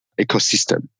ecosystem